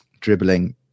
dribbling